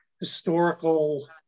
historical